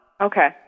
Okay